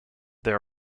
they